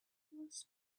was